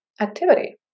activity